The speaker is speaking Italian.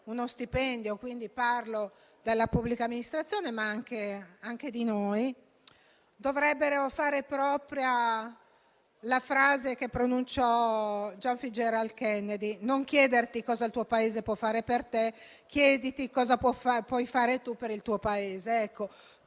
uno stipendio garantito - parlo della pubblica amministrazione, ma anche di noi - dovrebbero fare propria la frase che pronunciò John Fitzgerald Kennedy: non chiederti cosa il tuo Paese può fare per te, chiediti cosa puoi fare tu per il tuo Paese.